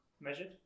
measured